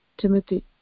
Timothy